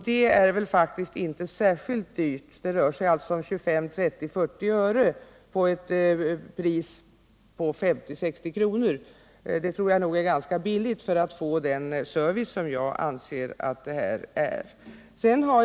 Det är faktiskt inte särskilt dyrt — det rör sig om 25, 30 eller 40 öre på ett pris på 50 eller 60 kr. Det tror jag är ganska billigt för att få den service som jag anser att det här gäller.